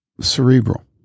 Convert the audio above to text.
cerebral